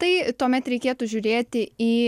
tai tuomet reikėtų žiūrėti į